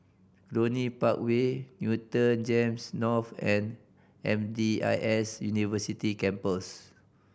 Cluny Park Way Newton GEMS North and M D I S University Campus